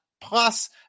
plus